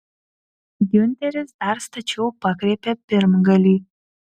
giunteris dar stačiau pakreipė pirmgalį